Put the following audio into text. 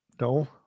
No